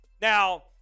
Now